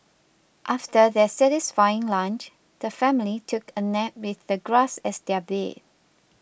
after their satisfying lunch the family took a nap with the grass as their bed